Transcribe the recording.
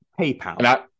PayPal